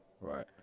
Right